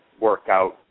workout